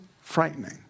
frightening